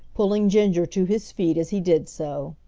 pulling ginger to his feet as he did so.